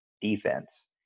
defense